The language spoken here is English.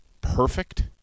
perfect